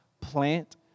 plant